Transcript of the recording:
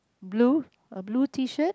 blue a blue T-shirt